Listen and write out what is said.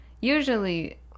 Usually